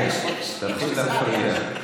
כן, אתה יכול להפריע.